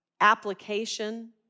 application